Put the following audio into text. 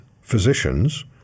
physicians